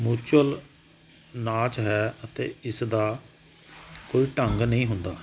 mutual ਨਾਚ ਹੈ ਅਤੇ ਇਸ ਦਾ ਕੋਈ ਢੰਗ ਨਹੀਂ ਹੁੰਦਾ